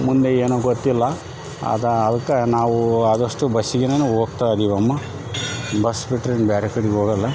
ಮುಂದೆ ಏನೋ ಗೊತ್ತಿಲ್ಲ ಅದಾ ಅದ್ಕ ನಾವು ಆದಷ್ಟು ಬಸ್ಸಿಗೇನೇನೆ ಹೋಗ್ತಾ ಇದೀವಮ್ಮ ಬಸ್ ಬಿಟ್ಟರೆ ಇನ್ನ ಬೇರೆ ಫೀಡಿಗೆ ಹೋಗಲ್ಲ